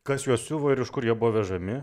kas juos siuvo ir iš kur jie buvo vežami